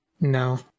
No